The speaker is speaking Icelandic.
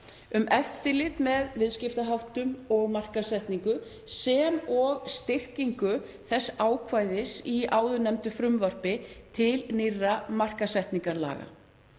um eftirlit með viðskiptaháttum og markaðssetningu, sem og styrkingu þess ákvæðis í áðurnefndu frumvarpi til nýrra markaðssetningarlaga.